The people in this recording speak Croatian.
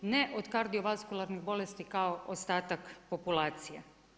Ne od kardiovaskularnih bolesti kao ostatak populacija.